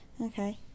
Okay